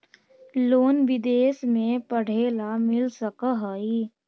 Loan विदेश में पढ़ेला मिल सक हइ?